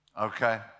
okay